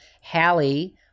Hallie